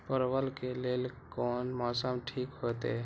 परवल के लेल कोन मौसम ठीक होते?